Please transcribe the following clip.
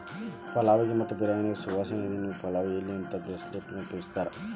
ಪಲಾವ್ ಗೆ ಮತ್ತ ಬಿರ್ಯಾನಿಗೆ ಸುವಾಸನಿಗೆ ಅಂತೇಳಿ ಪಲಾವ್ ಎಲಿ ಅತ್ವಾ ಬೇ ಲೇಫ್ ಅನ್ನ ಉಪಯೋಗಸ್ತಾರ